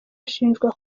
ashinjwa